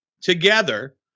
together